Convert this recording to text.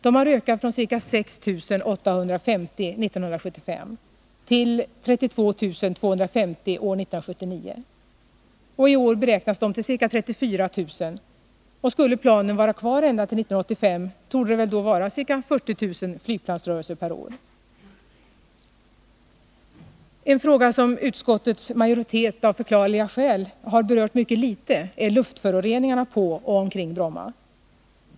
De har ökat från ca 6 850 år 1975 till 32 250 år 1979. I år beräknas de till ca 34 000, och skulle planen vara kvar ända till 1985 torde det väl då vara ca 40 000 flygplansrörelser per år. En fråga som utskottets majoritet — av förklarliga skäl — har berört mycket litet är luftföroreningarna på och omkring Bromma.